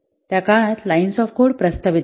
त्या काळात lines of code प्रस्तावित केले